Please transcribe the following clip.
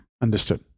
Understood